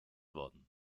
worden